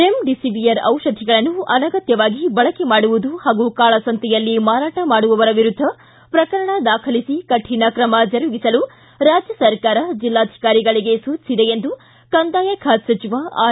remdesivir ದಿಪಧಿಗಳನ್ನು ಅನಗತ್ತವಾಗಿ ಬಳಕೆ ಮಾಡುವುದು ಹಾಗೂ ಕಾಳಸಂತೆಯಲ್ಲಿ ಮಾರಾಟ ಮಾಡುವವರ ವಿರುದ್ದ ಪ್ರಕರಣ ದಾಖಲಿಸಿ ಕರಿಣ ಕ್ರಮ ಜರುಗಿಸಲು ರಾಜ್ಯ ಸರ್ಕಾರ ಜಿಲ್ಲಾಧಿಕಾರಿಗಳಿಗೆ ಸೂಚಿಸಿದೆ ಎಂದು ಕಂದಾಯ ಖಾತೆ ಸಚಿವ ಆರ್